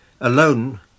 Alone